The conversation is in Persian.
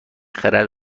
خرد